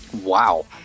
Wow